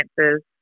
chances